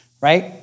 right